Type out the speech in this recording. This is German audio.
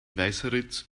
weißeritz